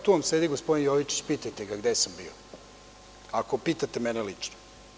Tu vam sedi gospodin Jovičić, pitajte ga gde sam bio, ako pitate mene lično.